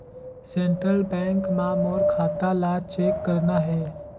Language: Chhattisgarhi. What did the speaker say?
सेंट्रल बैंक मां मोर खाता ला चेक करना हे?